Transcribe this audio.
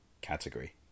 category